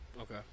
Okay